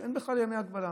שאין בכלל ימי הגבלה.